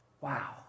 wow